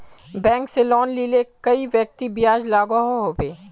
Bank से loan लिले कई व्यक्ति ब्याज लागोहो होबे?